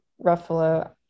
Ruffalo